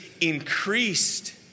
increased